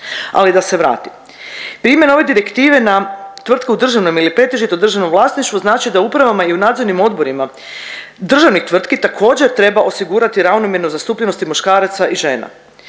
Ali da se vratim. Primjer ove direktive na tvrtke u državnom ili pretežito državnom vlasništvu znači da u upravama i u nadzornim odborima državnih tvrtki također treba osigurati ravnomjernu zastupljenost i muškaraca i žena.